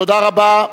תודה רבה.